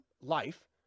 life